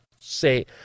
say